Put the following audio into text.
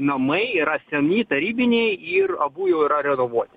namai yra seni tarybiniai ir abu jau yra renovuoti